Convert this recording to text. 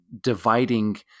dividing